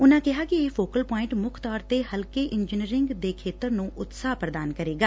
ਉਨੂਂ ਕਿਹਾ ਕਿ ਇਹ ਫੋਕਲ ਪੁਆਇਟ ਮੁੱਖ ਤੌਰ ਤੇ ਹਲਕੇ ਇੰਜੀਨੀਅਰਿੰਗ ਦੇ ਖੇਤਰ ਨੂੰ ਉਤਸ਼ਾਹ ਪ੍ਦਾਨ ਕਰੇਗਾ